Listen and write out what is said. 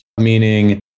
meaning